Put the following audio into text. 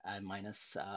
minus